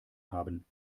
haben